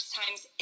times